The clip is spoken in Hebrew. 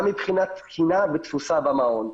גם מבחינת תקינה ותפוסה במעון.